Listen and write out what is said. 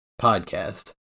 podcast